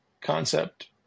concept